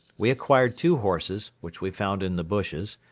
we acquired two horses, which we found in the bushes,